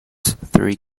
three